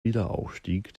wiederaufstieg